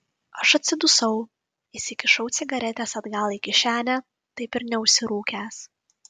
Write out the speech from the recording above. aš atsidusau įsikišau cigaretes atgal į kišenę taip ir neužsirūkęs